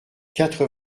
quatre